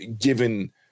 given